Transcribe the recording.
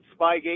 Spygate